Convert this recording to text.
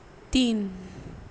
तीन